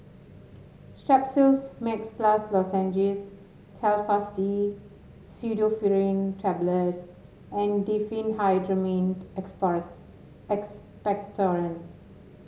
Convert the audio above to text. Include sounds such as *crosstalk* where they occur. Strepsils Max Plus Lozenges Telfast D Pseudoephrine Tablets and Diphenhydramine *unintelligible* Expectorant